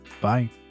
Bye